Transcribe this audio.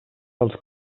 als